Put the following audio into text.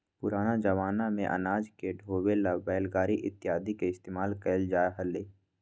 पुराना जमाना में अनाज के ढोवे ला बैलगाड़ी इत्यादि के इस्तेमाल कइल जा हलय